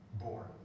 born